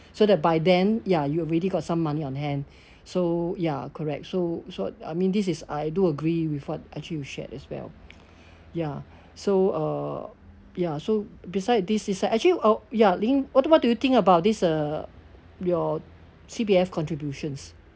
so that by then ya you've already got some money on hand so ya correct so so I mean this is I do agree with what actually you shared as well ya so uh ya so besides this is uh actually uh ya ling what about do you think about this uh your C_P_F contributions